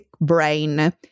brain